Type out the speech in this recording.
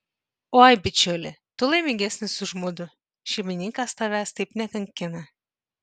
oi bičiuli tu laimingesnis už mudu šeimininkas tavęs taip nekankina